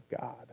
God